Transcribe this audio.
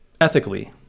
ethically